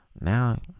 Now